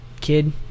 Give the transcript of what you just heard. kid